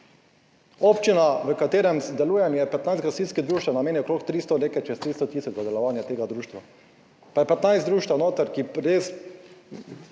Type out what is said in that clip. Občina v katerem delujem, je 15 gasilskih društev, namenja okrog 300, nekaj čez 300.000 za delovanje tega društva, pa je 15 društev noter, ki res